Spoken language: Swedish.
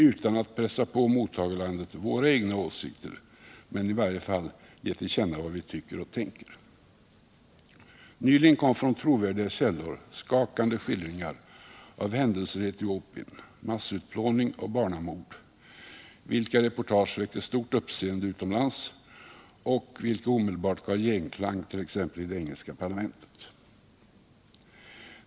Utan att pressa på mottagarlandet våra egna åsikter bör vi i varje fall ge till känna vad vi tycker och tänker. Nyligen kom från trovärdiga källor skakande skildringar av händelser i Etiopien, massutplåning och barnamord, vilka reportage väckte stort uppseende utomlands och omedelbart gav genklang t.ex. i det engelska parlamentet.